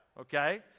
Okay